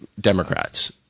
Democrats